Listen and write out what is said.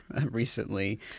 recently